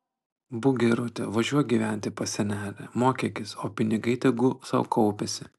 būk gerutė važiuok gyventi pas senelę mokykis o pinigai tegu sau kaupiasi